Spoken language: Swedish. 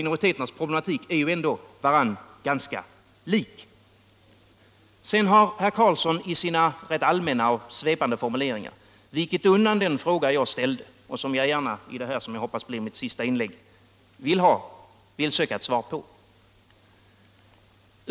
I sina allmänna och rätt svepande formuleringar har herr Karlsson 158 vikit undan från den fråga jag ställde och som jag gärna — i detta som jag hoppas sista inlägg av mig i denna debatt — vill söka ett svar på.